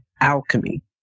alchemy